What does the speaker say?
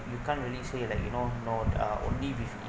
you can't really say like you know no uh only with